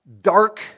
dark